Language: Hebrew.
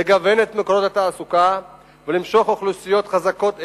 לגוון את מקורות התעסוקה ולמשוך אוכלוסיות חזקות אליה,